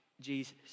Jesus